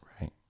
right